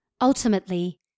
Ultimately